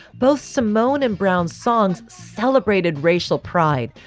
both samoan and browns songs celebrated racial pride.